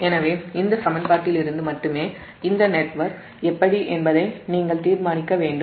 எனவே இந்த சமன்பாட்டிலிருந்து மட்டுமே இந்த நெட்வொர்க் எப்படி இணைக்கப்படும் என்பதை நீங்கள் தீர்மானிக்க வேண்டும்